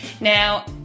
Now